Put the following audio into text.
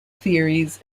theories